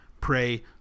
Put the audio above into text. pray